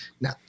Now